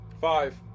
Five